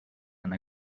and